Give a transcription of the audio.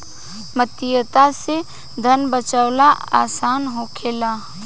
मितव्ययिता से धन बाचावल आसान होखेला